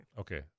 Okay